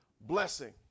blessing